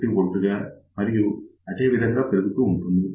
1 V గా మరియు అదేవిధంగా పెరుగుతూ పోతుంది